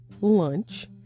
lunch